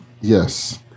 Yes